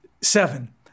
Seven